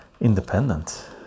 independent